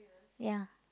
ya